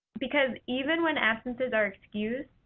because even when absences are excused,